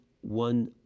one